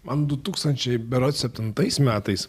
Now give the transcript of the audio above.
man du tūkstančiai berods septintais metais